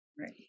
Right